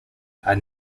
are